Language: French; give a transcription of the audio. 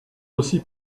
aussi